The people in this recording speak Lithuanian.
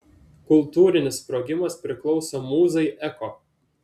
kultūrinis sprogimas priklauso mūzai eko